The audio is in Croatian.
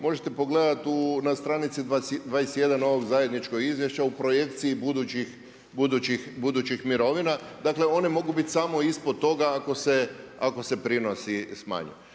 možete pogledati na stranici 21 ovog zajedničkog izvješća u projekciji budućih mirovina. Dakle one mogu biti samo ispod toga ako se prinosi smanje.